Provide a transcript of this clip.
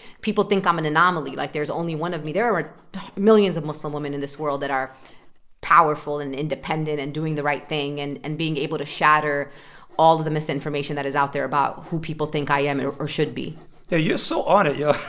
people think i'm an anomaly. anomaly. like, there's only one of me. there are millions of muslim women in this world that are powerful and independent and doing the right thing and and being able to shatter all of the misinformation that is out there about who people think i am or should be yeah. you're so on it yeah